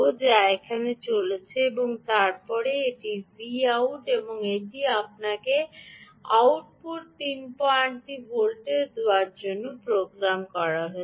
যা এখানে চলেছে এবং তারপরে এটি Vout এবং এটি আপনাকে আউটপুটে 33 ভোল্ট দেওয়ার জন্য প্রোগ্রাম করা হয়েছে